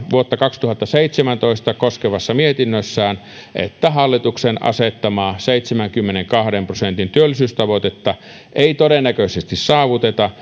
vuotta kaksituhattaseitsemäntoista koskevassa mietinnössään että hallituksen asettamaa seitsemänkymmenenkahden prosentin työllisyystavoitetta ei todennäköisesti saavuteta